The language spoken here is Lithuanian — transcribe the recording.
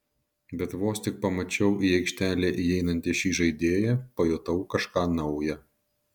bet vos tik pamačiau į aikštelę įeinantį šį žaidėją pajutau kažką nauja